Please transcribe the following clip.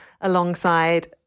alongside